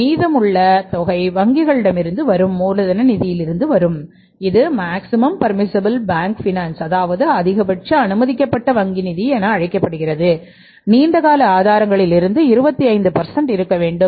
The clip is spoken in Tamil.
மீதமுள்ள தொகை வங்கிகளிடமிருந்து வரும் மூலதன நிதியிலிருந்து வரும் இது அதிகபட்ச அனுமதிக்கப்பட்ட வங்கி நிதி என அழைக்கப்படுகிறது நீண்ட கால ஆதாரங்களில் இருந்து 25 இருக்க வேண்டும்